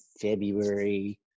February